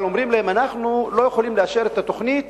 אבל אומרים להם: אנחנו לא יכולים לאשר את התוכנית